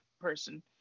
person